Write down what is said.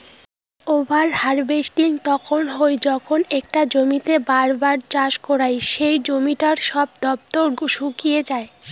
over harvesting তখন হই যখন একটা জমিতেই বার বার চাষ করাং সেই জমিটার সব সম্পদ শুষিয়ে যাক